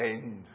end